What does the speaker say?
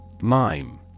Mime